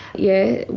yeah,